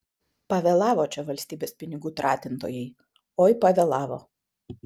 pavėlavo čia valstybės pinigų tratintojai oi pavėlavo